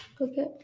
okay